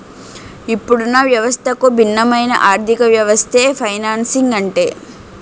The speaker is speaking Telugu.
ఇప్పుడున్న వ్యవస్థకు భిన్నమైన ఆర్థికవ్యవస్థే ఫైనాన్సింగ్ అంటే